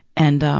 and, um,